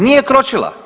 Nije kročila.